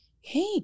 Hey